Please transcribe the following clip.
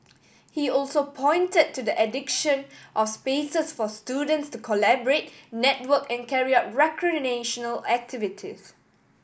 he also pointed to the addiction of spaces for students to collaborate network and carry out recreational activities